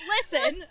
Listen